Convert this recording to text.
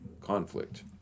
conflict